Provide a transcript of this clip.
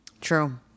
True